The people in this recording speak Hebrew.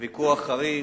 וויכוח חריף,